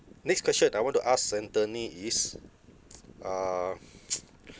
next question I want to ask anthony is uh